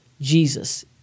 Jesus